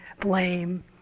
blame